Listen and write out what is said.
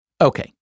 Okay